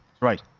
Right